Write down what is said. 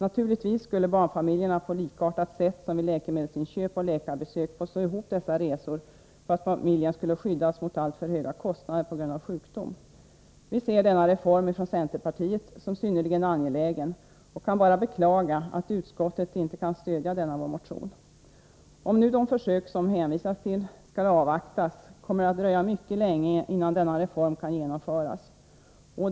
Naturligtvis skulle barnfamiljerna på likartat sätt som vid läkemedelsinköp och läkarbesök få slå ihop dessa resor för att familjen skulle skyddas mot alltför höga kostnader på grund av sjukdom. Vi i centerpartiet ser denna reform som synnerligen angelägen och kan bara beklaga att utskottet ej kan stödja denna vår motion. Om nu de försök som hänvisas till skall avvaktas, kommer det att dröja mycket länge innan denna reform kan genomföras.